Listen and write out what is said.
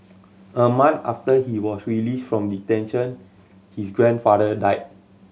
a month after he was released from detention his grandfather died